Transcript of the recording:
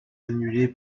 annulé